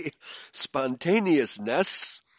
spontaneousness